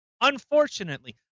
Unfortunately